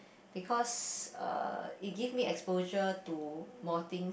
because uh it give me exposure to more things